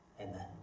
Amen